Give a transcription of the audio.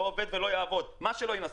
זה לא עובד ולא יעבוד, מה שלא ינסו.